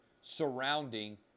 surrounding